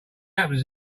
happens